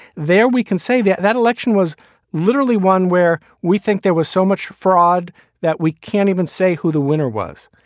there we can say that that election was literally one where we think there was so much fraud that we can't even say who the winner was.